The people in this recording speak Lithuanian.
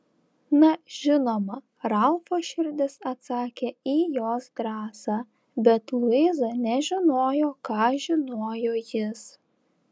na žinoma ralfo širdis atsakė į jos drąsą bet luiza nežinojo ką žinojo jis